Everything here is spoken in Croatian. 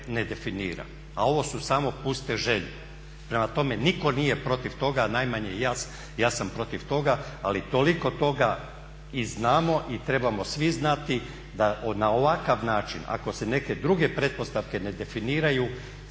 ne definira. A ovo su samo puste želje. Prema tome, nitko nije protiv toga, a najmanje ja sam protiv toga, ali toliko toga i znamo i trebamo svi znati da na ovakav način ako se neke druge pretpostavke ne definiraju